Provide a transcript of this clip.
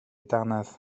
dannedd